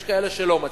יש כאלה שלא מצליחים,